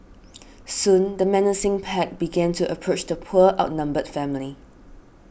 soon the menacing pack began to approach the poor outnumbered family